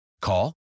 Call